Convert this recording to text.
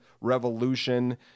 revolution